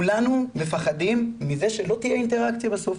כולנו מפחדים מזה שלא תהיה אינטראקציה בסוף,